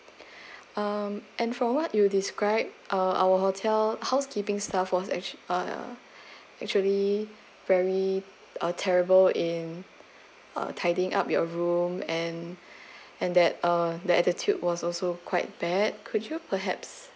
um and for what you describe uh our hotel housekeeping staff was actually uh actually very uh terrible in uh tidying up your room and and that uh the attitude was also quite bad could you perhaps